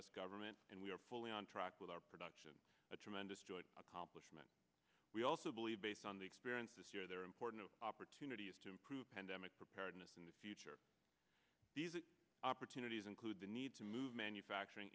s government and we are fully on track with our production a tremendous joy accomplishment we also believe based on the experience this year there are important opportunities to improve pandemic preparedness in the future these opportunities include the need to move manufacturing